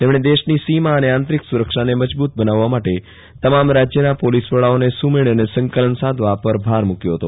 તેમણે દેશની સોમા અને આંતરીક સુરક્ષાન મજબત બનાવવા માટે તમામ રાજયના પોલીસ વડાઓને સુમેળ અને સંકલ સાધવા પર ભાર મુકયો હતો